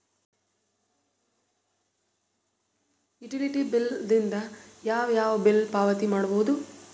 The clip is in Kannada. ಯುಟಿಲಿಟಿ ಬಿಲ್ ದಿಂದ ಯಾವ ಯಾವ ಬಿಲ್ ಪಾವತಿ ಮಾಡಬಹುದು?